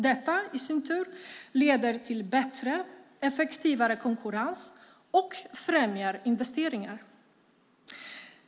Detta i sin tur leder till bättre och effektivare konkurrens och främjar investeringar.